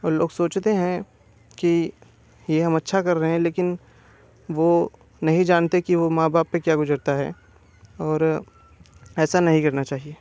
उन लोग सोचते हैं कि ये हम अच्छा कर रहे हैं लेकिन वो नहीं जानते कि वो माँ बाप पर क्या गुज़रती है और ऐसा नहीं करना चाहिए